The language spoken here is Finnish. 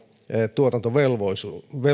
tuotantovelvollisuus